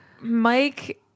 Mike